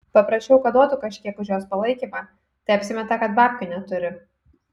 paprašiau kad duotų kažkiek už jos palaikymą tai apsimeta kad babkių neturi